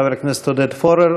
חבר הכנסת עודד פורר.